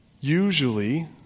usually